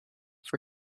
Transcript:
for